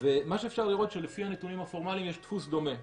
ומה שאפשר לראות זה שלפי הנתונים הפורמליים יש דפוס דומה,